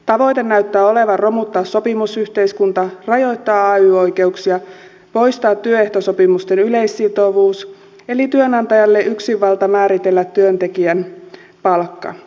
tavoite näyttää olevan romuttaa sopimusyhteiskunta rajoittaa ay oikeuksia poistaa työehtosopimusten yleissitovuus eli työnantajalle yksinvalta määritellä työntekijän palkka